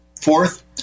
Fourth